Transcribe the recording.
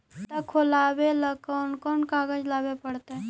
खाता खोलाबे ल कोन कोन कागज लाबे पड़तै?